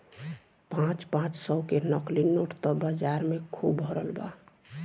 पाँच पाँच सौ के नकली नोट त बाजार में खुब भरल बा